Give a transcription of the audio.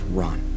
run